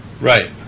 Right